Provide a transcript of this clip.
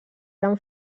eren